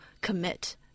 commit